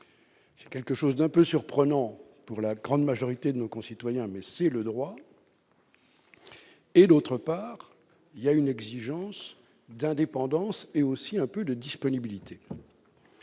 c'est quelque chose d'un peu surprenant pour la grande majorité de nos concitoyens, mais c'est le droit -et, d'autre part, l'exigence d'indépendance ainsi que celle de disponibilité.